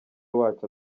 wacu